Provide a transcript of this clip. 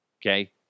Okay